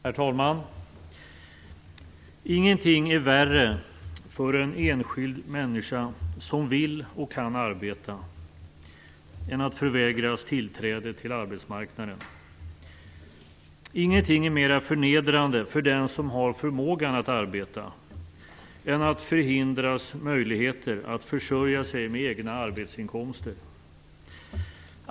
Herr talman! Ingenting är värre för en enskild människa som vill och kan arbeta än att förvägras tillträde till arbetsmarknaden. Ingenting är mer förnedrande för den som har förmågan att arbeta än att förhindras möjligheten att försörja sig med egna arbetsinkomster.